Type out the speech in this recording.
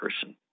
person